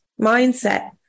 mindset